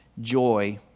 joy